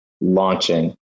launching